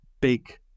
big